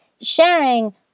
sharing